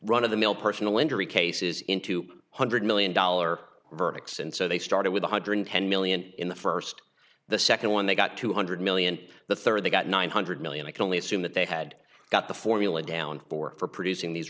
run of the mill personal injury cases in two hundred million dollar verdicts and so they started with one hundred ten million in the first the second one they got two hundred million the third they got nine hundred million i can only assume that they had got the formula down for for producing these